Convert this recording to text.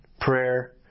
prayer